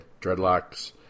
dreadlocks